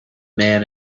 man